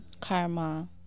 karma